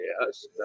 Yes